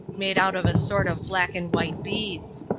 made out of a sort of black-and-white beads.